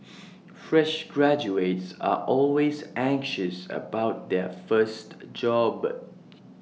fresh graduates are always anxious about their first job